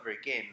again